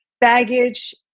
baggage